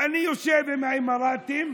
אני יושב עם האמירתים.